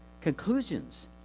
conclusions